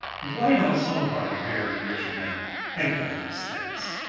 why don't some of our very rich men think of these things!